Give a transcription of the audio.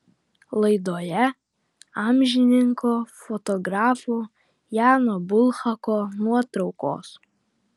laidoje amžininko fotografo jano bulhako nuotraukos